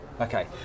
Okay